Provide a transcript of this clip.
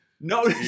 No